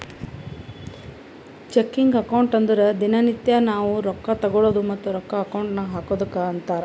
checking account ಅಂದುರ್ ದಿನಾ ನಿತ್ಯಾ ನಾವ್ ರೊಕ್ಕಾ ತಗೊಳದು ಮತ್ತ ರೊಕ್ಕಾ ಅಕೌಂಟ್ ನಾಗ್ ಹಾಕದುಕ್ಕ ಅಂತಾರ್